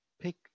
pick